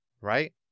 right